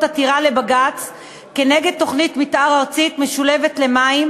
עתירה לבג"ץ כנגד תוכנית מתאר ארצית משולבת למים,